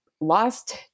lost